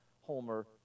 homer